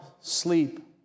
sleep